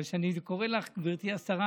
אבל כשאני קורא לך "גברתי השרה",